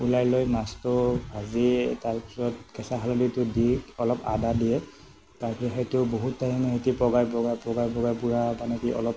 ওলাই লৈ মাছটো ভাজি তাৰপিছত কেঁচা হালধীটো দি অলপ আদা দিয়ে তাৰপিছত সেইটো বহুত ধৰণে সেইটো পগাই পগাই পগাই পগাই পূৰা মানে কি অলপ